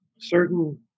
certain